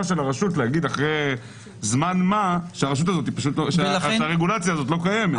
של הרשות להגיד אחרי זמן מה שהרגולציה הזאת לא קיימת.